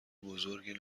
بزرگی